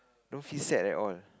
don't feel sad at all